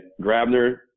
Grabner